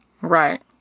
Right